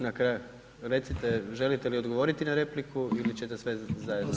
Na kraju, recite želite li odgovoriti na repliku ili ćete sve zajedno?